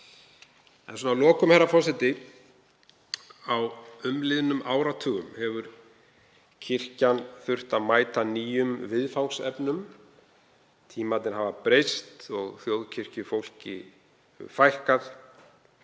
Að lokum, herra forseti: Á umliðnum áratugum hefur kirkjan þurft að mæta nýjum viðfangsefnum. Tímarnir hafa breyst og þjóðkirkjufólki fækkað.